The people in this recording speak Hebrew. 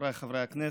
חבריי חברי הכנסת,